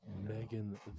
Megan